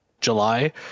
July